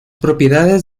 propiedades